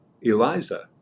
Eliza